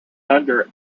thunder